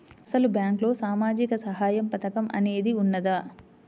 అసలు బ్యాంక్లో సామాజిక సహాయం పథకం అనేది వున్నదా?